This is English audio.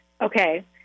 okay